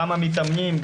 גם המתאמנים,